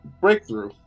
breakthrough